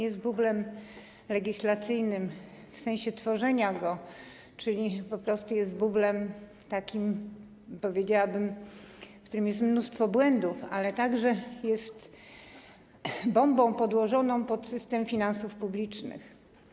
Jest bublem legislacyjnym w sensie tworzenia go, czyli po prostu jest bublem, w którym jest mnóstwo błędów, ale także jest bombą podłożoną pod system finansów publicznych.